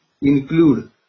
include